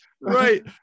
right